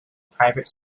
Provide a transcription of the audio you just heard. private